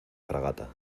fragata